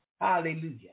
Hallelujah